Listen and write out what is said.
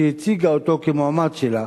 שהציגה את הבן-אדם כמועמד שלה